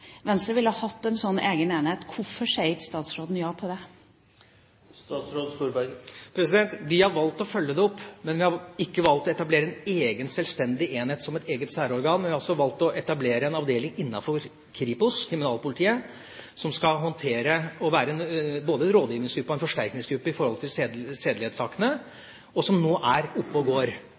Venstre ville ha hatt en slik egen enhet. Hvorfor sier ikke statsråden ja til det? Vi har valgt å følge det opp, men vi har ikke valgt å etablere en egen selvstendig enhet som et eget særorgan. Vi har altså valgt å etablere en avdeling innenfor Kripos – kriminalpolitiet – som skal håndtere det og være både en rådgivningsgruppe og en forsterkningsgruppe i sedelighetssakene, og som nå er oppe og går.